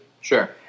Sure